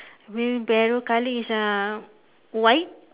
wheel barrow colour is uh white